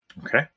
Okay